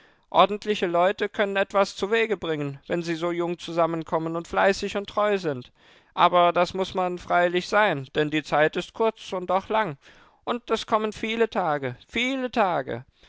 ordentliche leute können etwas zuwege bringen wenn sie so jung zusammenkommen und fleißig und treu sind aber das muß man freilich sein denn die zeit ist kurz und doch lang und es kommen viele tage viele tage